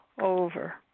over